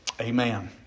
Amen